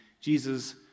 Jesus